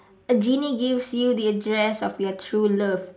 a genie gives you the address of your true love